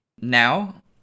now